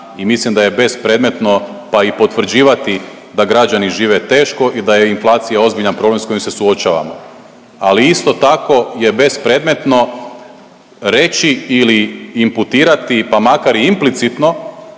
mislim da je bespredmetno pa i potvrđivati da građani žive teško i da je inflacija ozbiljan problem s kojim se suočavamo, ali isto tako je bespredmetno reći ili imputirati, pa makar i implicitno